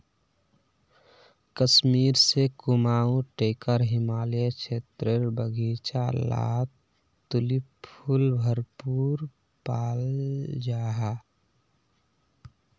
कश्मीर से कुमाऊं टेकर हिमालयी क्षेत्रेर बघिचा लात तुलिप फुल भरपूर पाल जाहा